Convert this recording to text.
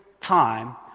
time